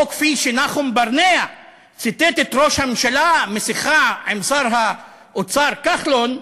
או כפי שנחום ברנע ציטט את ראש הממשלה בשיחה עם שר האוצר כחלון: